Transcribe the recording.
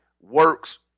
works